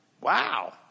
Wow